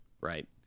Right